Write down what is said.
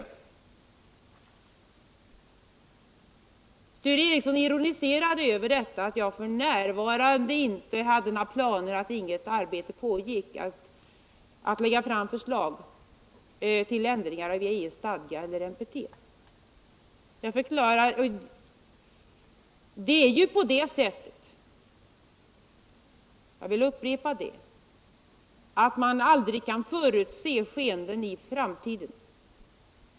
Sture Ericson ironiserade över att jag f. n. inte hade några planer och att inget arbete pågick på att lägga fram förslag till ändringar i IAEA:s stadgar eller i NPT. Man kan aldrig, jag vill upprepa det, förutse skeenden i framtiden.